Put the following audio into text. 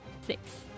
six